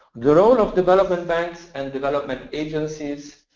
the role of development banks and development agencies,